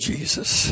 Jesus